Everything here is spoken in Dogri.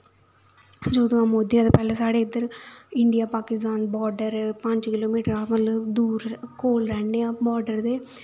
जदूं दा मोदी आए दा पैह्लें साढ़ै इद्धर इंडिया पाकिस्तान बार्डर पंज किलो मीटर हा मतलब दूर कोल रैह्न्ने आं बार्डर दे